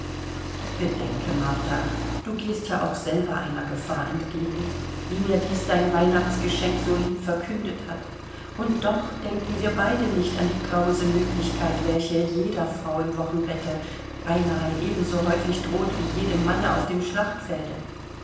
bedenke martha du gehst ja auch selber einer gefahr entgegen wie mir dies dein weihnachtsgeschenk so lieb verkündet hat und doch denken wir beide nicht an die grause möglichkeit welche jeder frau im wochenbette beinahe ebenso häufig droht wie jedem manne auf dem schlachtfelde